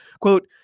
Quote